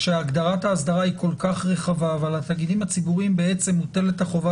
כשהגדרת האסדרה כל כך רחבה אבל על התאגידים הציבוריים מוטלת חובה